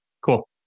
Cool